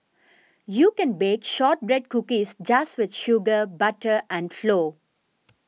you can bake Shortbread Cookies just with sugar butter and flow